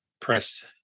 press